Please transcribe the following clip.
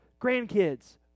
Grandkids